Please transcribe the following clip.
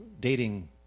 dating